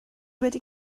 wedi